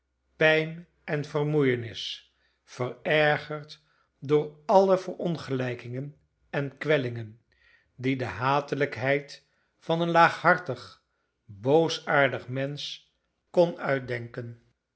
pijn en vermoeienis verergerd door alle verongelijkingen en kwellingen die de hatelijkheid van een laaghartig boosaardig mensch kon uitdenken